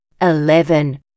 eleven